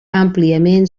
àmpliament